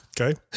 Okay